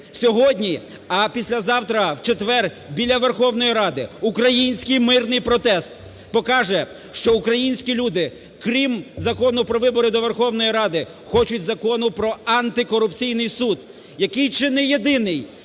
сьогодні, а післязавтра, в четвер, біля Верховної Ради український мирний протест покаже, що українські люди, крім закону про вибори до Верховної Ради, хочуть закон про антикорупційний суд, який чи не єдиний